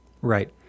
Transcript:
Right